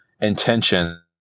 intention